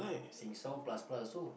sing song plus plus so